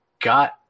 got